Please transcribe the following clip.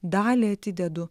dalį atidedu